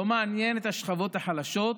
לא מעניינות השכבות החלשות,